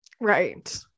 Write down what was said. Right